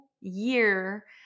year